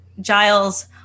Giles